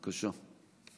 בבקשה.